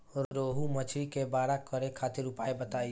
रोहु मछली के बड़ा करे खातिर उपाय बताईं?